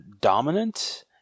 dominant